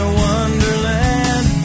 wonderland